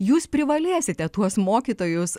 jūs privalėsite tuos mokytojus